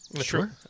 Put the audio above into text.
Sure